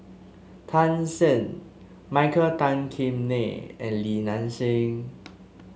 Tan Shen Michael Tan Kim Nei and Li Nanxing